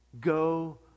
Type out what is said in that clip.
go